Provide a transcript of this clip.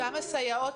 גם הסייעות.